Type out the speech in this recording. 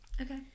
Okay